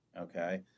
okay